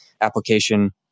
application